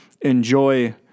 Enjoy